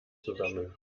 zusammen